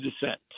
descent